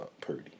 Purdy